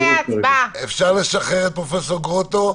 אפשר לשחרר את פרופ' גרוטו?